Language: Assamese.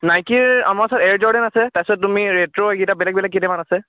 নাইকিৰ আমাৰ ওচৰত এয়াৰ জৰ্ডান আছে তাৰপিছত তুমি ৰেট্ৰ' এইকেইটা বেলেগ বেলেগ কেইটামান আছে